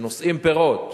שנושאים פירות.